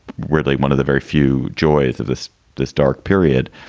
weirdly one of the very few joys of this this dark period.